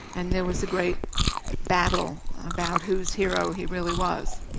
and there was a great battle about whose hero he really was.